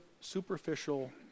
superficial